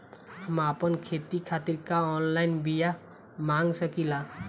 हम आपन खेती खातिर का ऑनलाइन बिया मँगा सकिला?